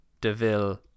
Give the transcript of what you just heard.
Deville